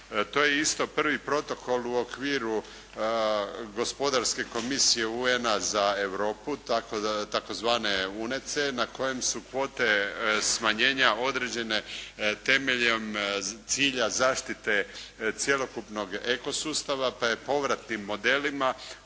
To je isto prvi protokol u okviru gospodarske komisije UN-a za Europu tzv. UNC na kojem su kvote smanjenja određene temeljem cilja zaštite cjelokupnog eko sustava pa je povrat tim modelima